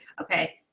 okay